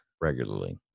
regularly